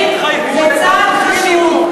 חברים, זה צעד חשוב.